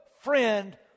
friend